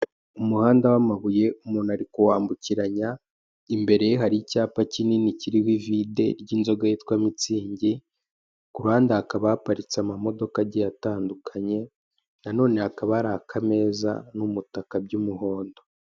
umuhanda w'amabuye umuntu ari kuwambukiranya imbere ye hari icyapa kinini kiriho ivide ry'inzoga yitwa mitsingi ku ruhande hakaba haparitse amamodoka agiye atandukanye, nanone hakaba hari akameza n'umutaka by'umuhondo